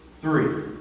Three